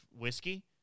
whiskey